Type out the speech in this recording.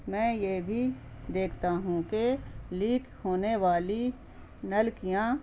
میں یہ بھی دیکھتا ہوں کہ لیک ہونے والی نلکیاں